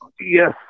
Yes